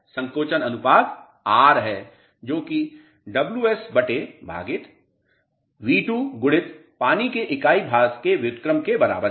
संकोचन अनुपात R है जो कि Ws बटे भागित V2 गुणित पानी के इकाई भार के व्युत्क्रम के बराबर है